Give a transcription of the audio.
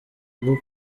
bwo